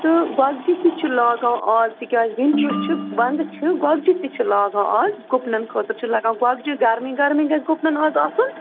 تہٕ گۄگجہِ تہِ چھِ لاگان اَز تِکیٛازِ وِنٹرٕ چھُ وَنٛدٕ چھِ گۄگجہِ تہِ چھِ لاگان اَز گُپنَن خٲطرٕ چھِ لَگان گۄگجہِ گرمی گرمی گژھِ گُپنَن اَز آسُن